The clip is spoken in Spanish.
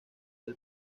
del